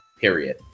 Period